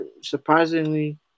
surprisingly